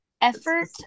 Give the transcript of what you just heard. effort